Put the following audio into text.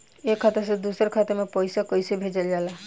एक खाता से दुसरे खाता मे पैसा कैसे भेजल जाला?